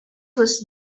was